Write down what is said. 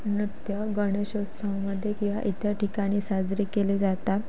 नृत्य गणेशोत्सवामध्ये किंवा इतर ठिकाणी साजरे केले जातात